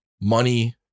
Money